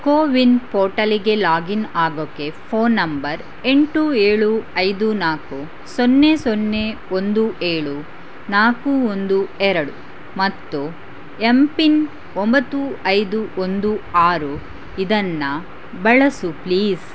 ಕೋವಿನ್ ಪೋರ್ಟಲ್ಲಿಗೆ ಲಾಗಿನ್ ಆಗೋಕೆ phone number ಎಂಟು ಏಳು ಐದು ನಾಲ್ಕು ಸೊನ್ನೆ ಸೊನ್ನೆ ಒಂದು ಏಳು ನಾಲ್ಕು ಒಂದು ಎರಡು ಮತ್ತು ಎಂ ಪಿನ್ ಒಂಬತ್ತು ಐದು ಒಂದು ಆರು ಇದನ್ನು ಬಳಸು ಪ್ಲೀಸ್